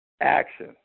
action